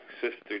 Sister